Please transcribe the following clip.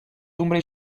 timbre